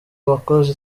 bakozi